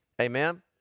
Amen